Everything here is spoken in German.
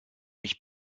nicht